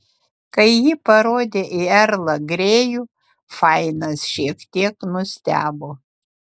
kai ji parodė į erlą grėjų fainas šiek tiek nustebo